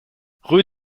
rue